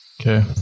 Okay